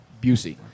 Busey